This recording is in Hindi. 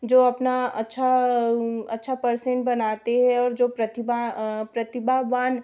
जो अपना अच्छा अच्छा परसेंट बनाते हैं और जो प्रतिभा प्रतिभावान